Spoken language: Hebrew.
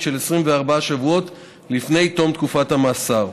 של 24 שבועות לפני תום תקופת המאסר,